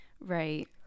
Right